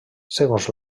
segons